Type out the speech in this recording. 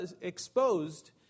exposed